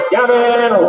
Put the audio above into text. Gavin